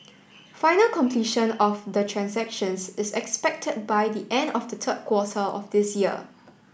final completion of the transactions is expected by the end of the third quarter of this year